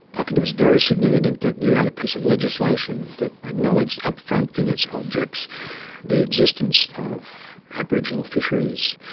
i think it was very significant that you had a piece of legislation that acknowledged upfront in its objects the existence of aboriginal fisheries.